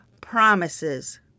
promises